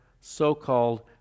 so-called